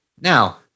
Now